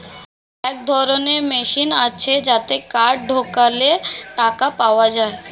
এক ধরনের মেশিন আছে যাতে কার্ড ঢোকালে টাকা পাওয়া যায়